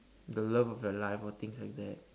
the love of your life or things like that